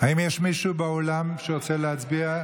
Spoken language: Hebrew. יש מישהו באולם שרוצה להצביע?